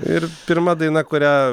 ir pirma daina kurią